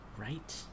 Right